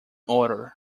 order